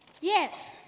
Yes